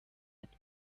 with